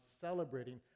celebrating